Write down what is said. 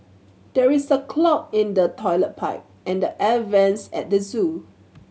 there is a clog in the toilet pipe and the air vents at the zoo